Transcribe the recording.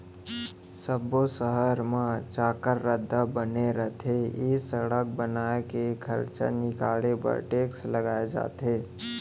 सब्बो सहर मन म चाक्कर रद्दा बने रथे ए सड़क बनाए के खरचा निकाले बर टेक्स लगाए जाथे